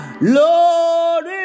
Lord